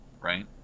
right